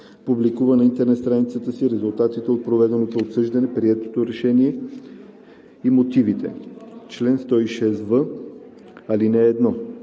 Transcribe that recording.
публикува на интернет страницата си резултатите от проведеното обсъждане, приетото решение и мотивите. Чл. 106в.